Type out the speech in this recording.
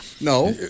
No